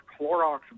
Clorox